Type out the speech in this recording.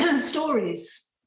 stories